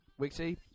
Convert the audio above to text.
Wixie